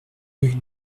rue